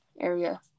area